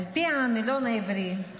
על פי המילון העברי,